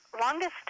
longest